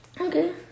Okay